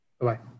Bye-bye